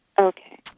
Okay